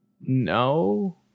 No